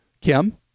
Kim